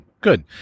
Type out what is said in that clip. Good